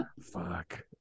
Fuck